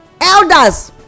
elders